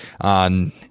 on